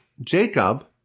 Jacob